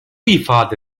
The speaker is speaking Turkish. ifade